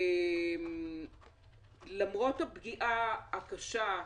למרות הפגיעה הקשה,